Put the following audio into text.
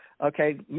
Okay